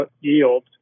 yield